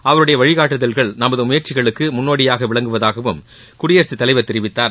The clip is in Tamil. அவருடைய வழிகாட்டுதல்கள் நமது முயற்சிகளுக்கு முன்னோடியாக விளங்குவதாகவும் குடியரசு தலைவர் தெரிவித்தார்